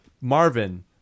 marvin